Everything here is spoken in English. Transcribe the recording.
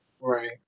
Right